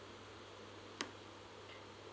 mm